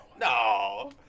No